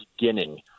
beginning